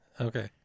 Okay